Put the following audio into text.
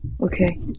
Okay